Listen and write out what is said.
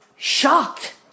shocked